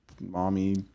mommy